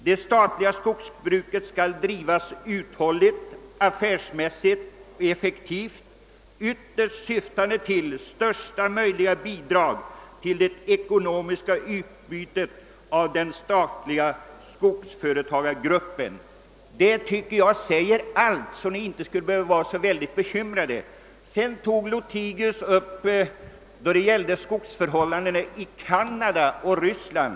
Det statliga skogsbruket skall drivas uthålligt, affärsmässigt och effektivt. Ytterst syftande till största möjliga bidrag till det ekonomiska utbytet av den statliga skogsföretagsgruppen.» Detta tycker jag säger allt; oppositionen behöver inte vara så oerhört bekymrad. Sedan tog herr Lothigius upp förhållandena inom skogsbruket i Canada och Ryssland.